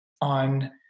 on